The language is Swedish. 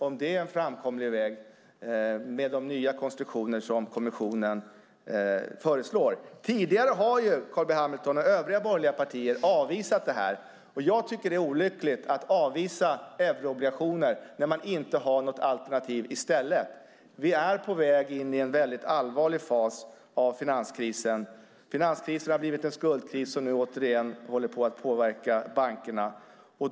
Är det en framkomlig väg med de nya konstruktioner som kommissionen föreslår? Tidigare har Carl B Hamilton och de borgerliga partierna avvisat detta. Jag tycker att det är olyckligt att avvisa euroobligationer när man inte har något alternativ. Vi är på väg in i en väldigt allvarlig fas av finanskrisen. Finanskrisen har blivit en skuldkris som återigen påverkar bankerna.